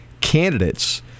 candidates